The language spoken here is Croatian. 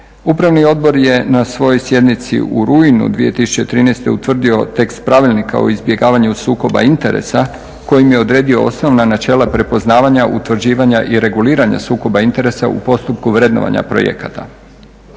Upravni odbor je na svojoj sjednici u rujnu 2013. utvrdio tekst pravilnika o izbjegavanju sukoba interesa kojim je odredio osnovna načela prepoznavanja, utvrđivanja i reguliranja sukoba interesa u postupku vrednovanja projekata.